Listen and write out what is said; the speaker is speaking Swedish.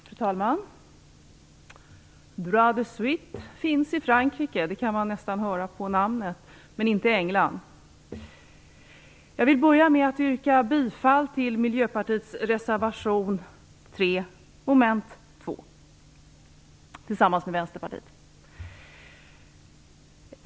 Fru talman! Droit de suite finns i Frankrike, det kan man nästan höra på namnet, men inte i England. Jag vill börja med att yrka bifall till Miljöpartiets reservation 3, mom. 2, tillsammans med Vänsterpartiet.